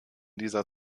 dieser